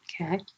Okay